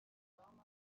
aroma